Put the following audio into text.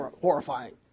horrifying